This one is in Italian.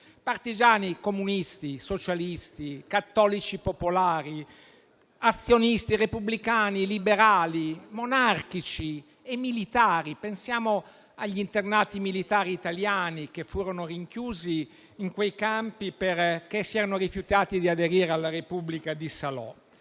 partigiani comunisti, socialisti, cattolici popolari, azionisti, repubblicani, liberali, monarchici e militari. Pensiamo agli internati militari italiani, che furono rinchiusi in quei campi perché si erano rifiutati di aderire alla Repubblica di Salò.